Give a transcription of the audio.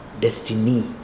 Destiny